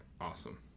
awesome